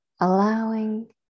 allowing